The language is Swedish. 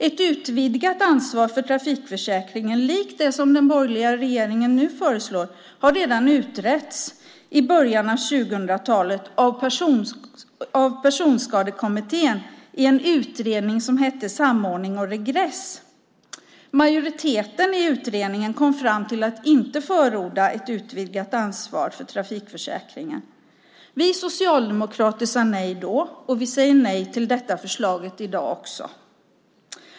Ett utvidgat ansvar för trafikförsäkringen, likt det som den borgerliga regeringen nu föreslår, har redan utretts i början av 2000-talet av Personskadekommittén i en utredning som hette Samordning och regress . Majoriteten i utredningen kom fram till att inte förorda ett utvidgat ansvar för trafikförsäkringen. Vi socialdemokrater sade nej då, och vi säger nej till detta förslag i dag också.